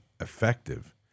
effective